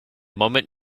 moment